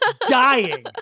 dying